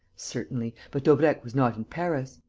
certainly. but daubrecq was not in paris.